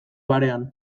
barean